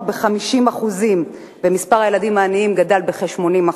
ב-50% ומספר הילדים העניים גדל בכ-80%.